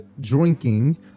drinking